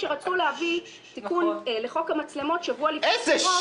כשרצו להביא תיקון לחוק המצלמות שבוע לפני הבחירות.